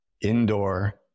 Indoor